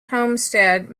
homestead